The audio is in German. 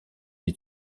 die